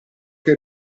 che